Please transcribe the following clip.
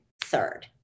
third